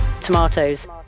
Tomatoes